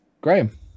Graham